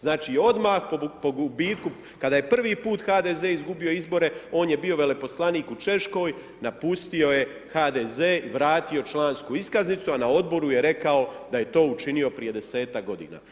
Znači odmah po gubitku kada je prvi put HDZ izgubio izbore, on je bio veleposlanik u Češkoj, napustio je HDZ i vratio člansku iskaznicu a na odboru je rekao da je to učinio prije 10-ak godina.